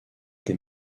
des